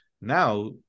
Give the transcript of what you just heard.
Now